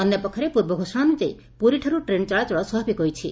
ଅନ୍ୟପକ୍ଷରେ ପୂର୍ବ ଘୋଷଣା ଅନୁଯାୟୀ ପୁରୀଠାରୁ ଟ୍ରେନ୍ ଚଳାଚଳ ସ୍ୱାଭାବିକ ହୋଇଛି